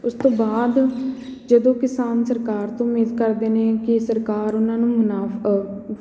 ਉਸ ਤੋਂ ਬਾਅਦ ਜਦੋਂ ਕਿਸਾਨ ਸਰਕਾਰ ਤੋਂ ਉਮੀਦ ਕਰਦੇ ਨੇ ਕਿ ਸਰਕਾਰ ਉਨ੍ਹਾਂ ਨੂੰ ਮੁਨਾਫ਼ਾ